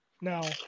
Now